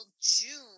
June